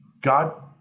God